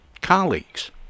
colleagues